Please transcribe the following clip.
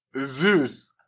Zeus